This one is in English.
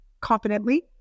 confidently